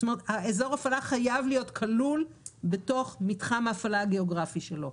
אזור ההפעלה חייב להיות כלול בתוך מתחם ההפעלה גיאוגרפי שלו.